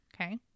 Okay